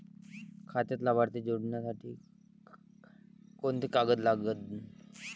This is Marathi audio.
खात्यात लाभार्थी जोडासाठी कोंते कागद लागन?